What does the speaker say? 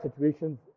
situations